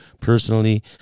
personally